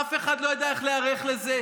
אף אחד לא ידע איך להיערך לזה.